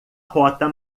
rota